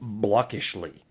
blockishly